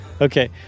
Okay